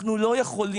אנחנו לא יכולים